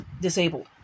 disabled